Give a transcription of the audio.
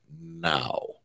now